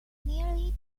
nearly